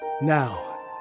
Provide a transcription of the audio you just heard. Now